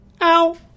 Ow